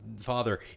father